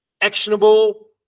actionable